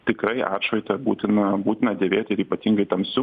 tikrai atšvaitą būtina būtina dėvėti ir ypatingai tamsiu